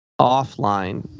offline